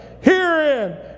Herein